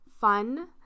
fun